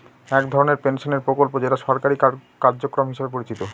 এক ধরনের পেনশনের প্রকল্প যেটা সরকারি কার্যক্রম হিসেবে পরিচিত